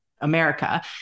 America